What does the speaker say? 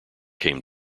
came